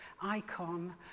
icon